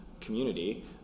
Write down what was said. community